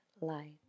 light